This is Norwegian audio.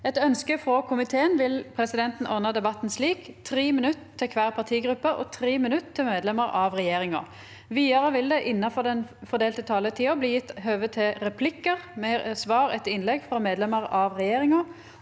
og miljøkomiteen vil presidenten ordne debatten slik: 3 minutter til hver partigruppe og 3 minutter til medlemmer av regjeringa. Videre vil det – innenfor den fordelte taletid – bli gitt anledning til replikker med svar etter innlegg fra medlemmer av regjeringa,